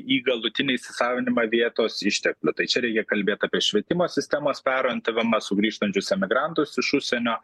į galutinį įsisavinimą vietos išteklių tai čia reikia kalbėt apie švietimo sistemos perorientavimą sugrįžtančius emigrantus iš užsienio